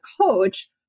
coach